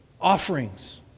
offerings